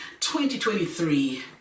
2023